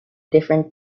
different